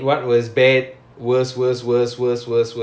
it was